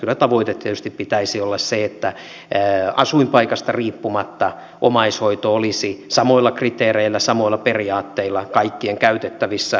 kyllä tavoitteen tietysti pitäisi olla se että asuinpaikasta riippumatta omaishoito olisi samoilla kriteereillä samoilla periaatteilla kaikkien käytettävissä